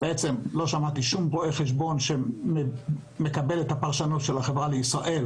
לא שמעתי שום רואה חשבון שמקבל את הפרשנות של החברה לישראל